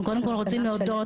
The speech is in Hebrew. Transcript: אנחנו קודם כל רוצים להודות,